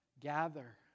Gather